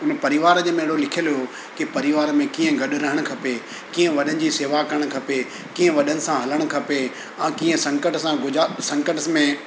उन परिवार जे में अहिड़ो लिखियलु हुयो की परिवार में कीअं गॾु रहणु खपे कीअं वॾनि जी सेवा करणु खपे कीअं वॾनि सां हलणु खपे ऐं कीअं संकट सां गुजा संकट्स में